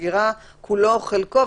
שסגירה כולו או חלקו,